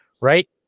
right